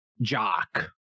jock